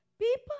People